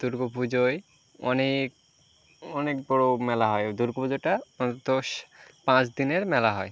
দুর্গা পুজোয় অনেক অনেক বড়ো মেলা হয় দুর্গা পুজোটা অন্তত পাঁচ দিনের মেলা হয়